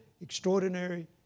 extraordinary